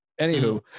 anywho